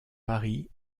paris